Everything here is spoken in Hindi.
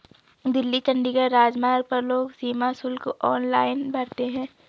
दिल्ली चंडीगढ़ राजमार्ग पर लोग सीमा शुल्क ऑनलाइन भरते हैं